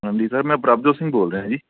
ਹਾਂਜੀ ਸਰ ਮੈਂ ਪ੍ਰਭਜੋਤ ਸਿੰਘ ਬੋਲ ਰਿਹਾ ਜੀ